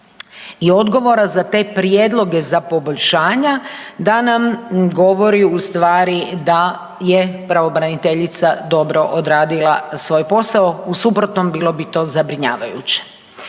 i odgovora za te prijedloge za poboljšanja, da nam govori ustvari da je pravobraniteljica dobro odradila svoj posao, u suprotnom, bilo bi to zabrinjavajuće.